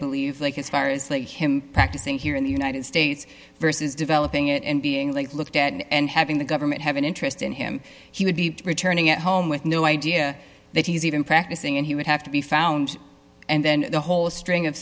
believe like as far as like him practicing here in the united states versus developing it and being like looked at and having the government have an interest in him he would be returning at home with no idea that he's even practicing and he would have to be found and then the whole string of